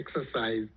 exercise